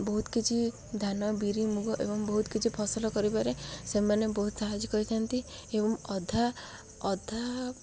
ବହୁତ କିଛି ଧାନ ବିରି ମୁଗ ଏବଂ ବହୁତ କିଛି ଫସଲ କରିବାରେ ସେମାନେ ବହୁତ ସାହାଯ୍ୟ କରିଥାନ୍ତି ଏବଂ ଅଧା ଅଧା